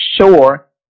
sure